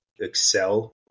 excel